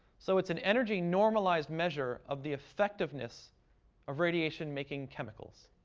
so it's an energy normalized measure of the effectiveness of radiation making chemicals.